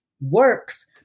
works